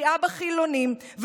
לפגיעה בחילונים,